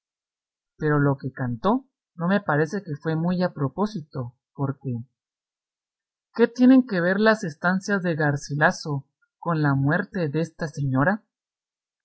pero lo que cantó no me parece que fue muy a propósito porque qué tienen que ver las estancias de garcilaso con la muerte desta señora